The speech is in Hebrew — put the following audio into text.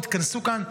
תתכנסו כאן.